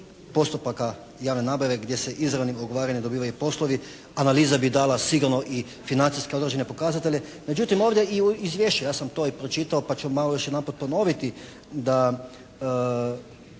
postupaka javne nabave gdje se izravnim ugovaranjem dobivaju poslovi. Analiza bi dala sigurno i financijski određene pokazatelje. Međutim ovdje i u izvješću, ja sam to pročitao pa ću malo još jedanput ponoviti, da